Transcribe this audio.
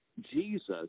Jesus